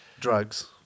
drugs